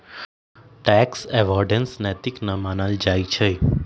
tax avoidance नैतिक न मानल जाइ छइ